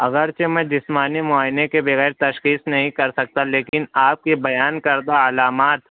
اگرچہ میں جسمانی معائنہ کے بغیر تشخیص نہیں کرسکتا لیکن آپ کے بیان کردہ علامات